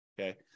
Okay